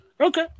Okay